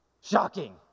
Shocking